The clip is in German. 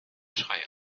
schrei